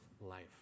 life